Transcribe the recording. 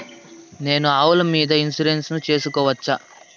నేను ఆవుల మీద ఇన్సూరెన్సు సేసుకోవచ్చా?